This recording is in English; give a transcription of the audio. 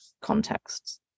contexts